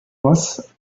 was